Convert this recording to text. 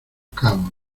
cabos